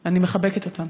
אני מחבקת אותם.